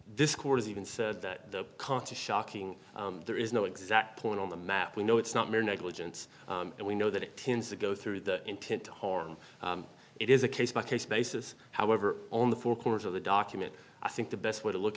this corps even said that the concert shocking there is no exact point on the map we know it's not mere negligence and we know that it tends to go through the intent to harm it is a case by case basis however on the four corners of the document i think the best way to look